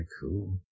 cool